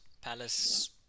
Palace